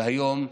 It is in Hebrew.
והיום,